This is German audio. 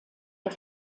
der